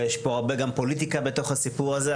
ויש פה גם הרבה פוליטיקה בתוך הסיפור הזה,